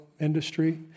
industry